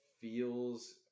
feels